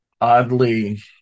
oddly